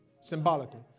Symbolically